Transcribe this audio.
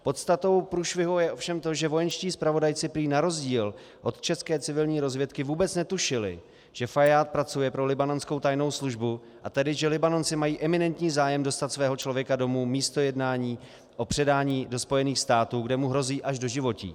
Podstatou průšvihu je ovšem to, že vojenští zpravodajci prý na rozdíl od české civilní rozvědky vůbec netušili, že Fajád pracuje pro libanonskou tajnou službu, a tedy že Libanonci mají eminentní zájem dostat svého člověka domů místo jednání o předání do Spojených států, kde mu hrozí až doživotí.